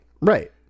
Right